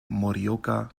morioka